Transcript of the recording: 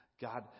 God